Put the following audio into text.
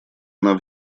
она